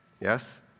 Yes